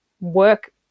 work